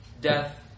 death